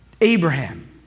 Abraham